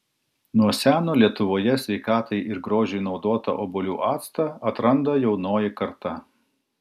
nuo seno lietuvoje sveikatai ir grožiui naudotą obuolių actą atranda jaunoji karta